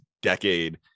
decade